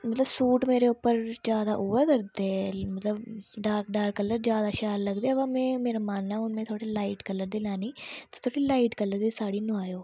मतलब सूट मेरे उप्पर ज्यादा उ'ऐ करदे मतलब डार्क डार्क कलर ज्यादा शैल लगदे अमां में मेरा मन ऐ हून में मै थोह्ड़े लाइट कलर दी लैनी ते थोह्ड़ी लाइट कलर दी साड़ी नोआएयो